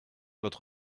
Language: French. votre